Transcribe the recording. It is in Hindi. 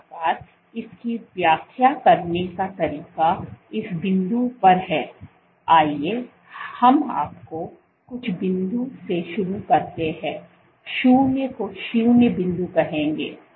इस प्रकार इसकी व्याख्या करने का तरीका इस बिंदु पर है आइए हम आपको कुछ बिंदु से शुरू करते हैं शून्य को शून्य बिंदु कहेंगे